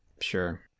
Sure